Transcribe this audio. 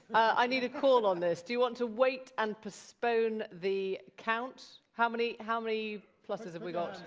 i need a call on this. do you want to wait and postpone the count? how many how many plusses have we got?